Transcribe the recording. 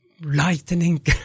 lightning